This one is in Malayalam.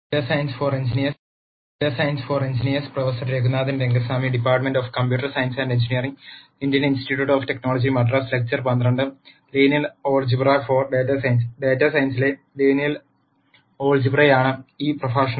ഡാറ്റാ സയൻസിനായുള്ള ലീനിയർ ആൾജിബ്രയിലാണ് ഈ പ്രഭാഷണം